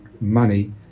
money